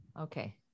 Okay